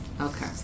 Okay